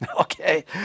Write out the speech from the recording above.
okay